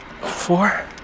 four